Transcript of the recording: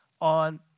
on